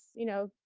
you know,